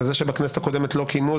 וזה שבכנסת הקודמת לא קיימו,